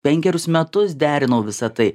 penkerius metus derinau visa tai